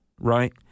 right